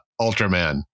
Ultraman